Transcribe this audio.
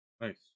Nice